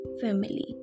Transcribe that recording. family